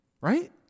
Right